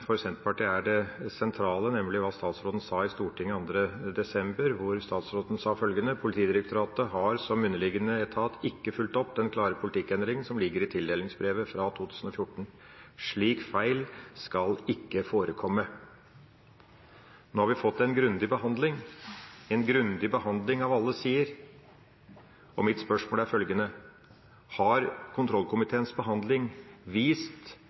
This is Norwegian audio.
for Senterpartiet er det sentrale, nemlig hva statsråden sa i Stortinget 2. desember, da statsråden sa følgende: «Politidirektoratet har, som underliggende etat, ikke fulgt opp den klare politikkendringen som ligger i tildelingsbrevet for 2014. Slike feil skal ikke forekomme.» Nå har vi fått en grundig behandling av alle sider, og mitt spørsmål er følgende: Har kontrollkomiteens behandling vist